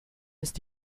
ist